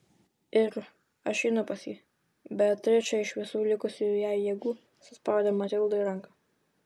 ir aš einu pas jį beatričė iš visų likusių jai jėgų suspaudė matildai ranką